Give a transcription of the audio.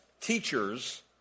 teachers